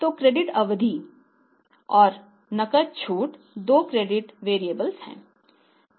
तो क्रेडिट अवधि हैं